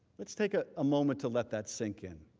let's take a ah moment to let that sink in.